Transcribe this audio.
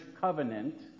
covenant